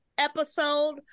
episode